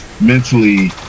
mentally